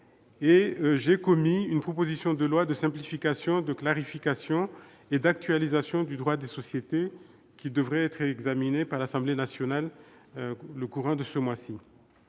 et j'ai commis une proposition de loi de simplification, de clarification et d'actualisation du droit des sociétés qui devrait être examinée par l'Assemblée nationale dans le courant de ce mois.